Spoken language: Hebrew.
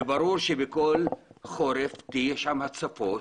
ברור שבכל חורף יהיו שם הצפות,